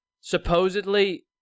supposedly